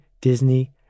Disney